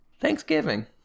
thanksgiving